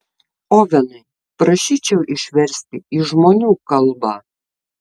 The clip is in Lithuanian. ovenai prašyčiau išversti į žmonių kalbą